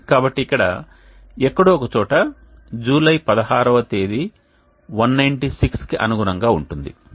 కాబట్టి ఇక్కడ ఎక్కడో ఒక చోట జూలై 16 వ తేదీ 196కి అనుగుణంగా ఉంటుంది